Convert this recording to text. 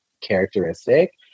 characteristic